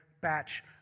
batch